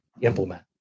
implement